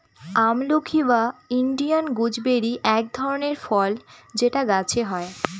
আমলকি বা Indian gooseberry এক ধরনের ফল যেটা গাছে হয়